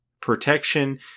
Protection